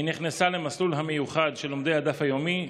היא נכנסה למסלול המיוחד של לומדי הדף היומי,